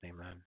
Amen